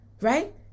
right